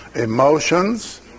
Emotions